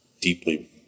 deeply